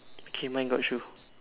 okay mine got shoe